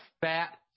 fat